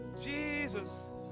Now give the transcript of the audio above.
Jesus